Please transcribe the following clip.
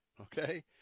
okay